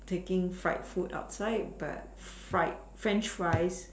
taking fried food outside but fried French fries